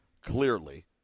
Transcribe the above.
clearly